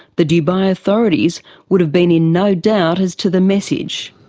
the dubai authorities would have been in no doubt as to the message.